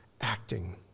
acting